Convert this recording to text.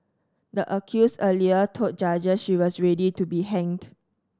the accused earlier told judges she was ready to be hanged